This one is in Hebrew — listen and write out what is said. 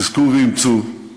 חזקו ואמצו,